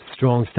Strong